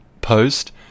post